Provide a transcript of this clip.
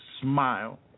smile